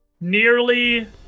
Nearly